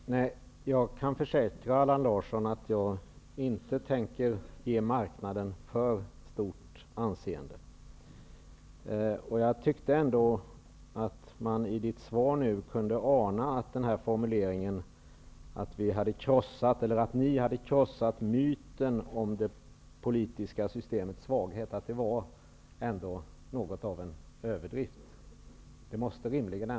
Fru talman! Jag kan försäkra Allan Larsson att jag inte tänker ge marknaden för stort anseende. Jag tyckte ändå att man i svaret kunde ana att formuleringen att ni hade krossat myten om det politiska systemets svaghet var något av en överdrift.